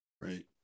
right